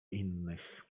innych